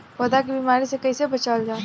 पौधा के बीमारी से कइसे बचावल जा?